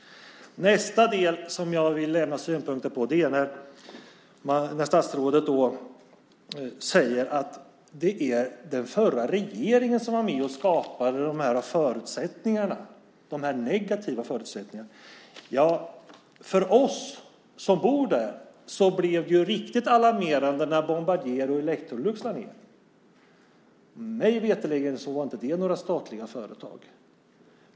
Nästa del som jag vill lämna synpunkter på är den där statsrådet säger att det var den förra regeringen som skapade de här negativa förutsättningarna. Ja, för oss som bor där blev det riktigt alarmerande när Bombardier och Electrolux lade ned sin verksamhet. Mig veterligen var det inga statliga företag.